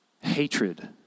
hatred